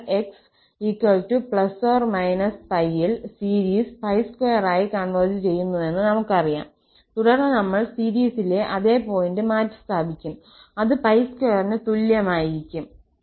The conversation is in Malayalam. അതിനാൽ 𝑥 ± ൽ സീരീസ് 2 ആയി കോൺവെർജ് ചെയ്യുന്നുവെന്ന് നമുക്കറിയാം തുടർന്ന് നമ്മൾ സീരീസിലെ അതേ പോയിന്റ് മാറ്റിസ്ഥാപിക്കും അത് 2 ന് തുല്യമായിരിക്കും